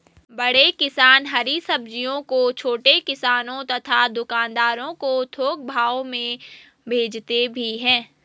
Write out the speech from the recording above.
बड़े किसान हरी सब्जियों को छोटे किसानों तथा दुकानदारों को थोक भाव में भेजते भी हैं